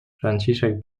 franciszek